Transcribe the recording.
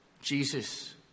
Jesus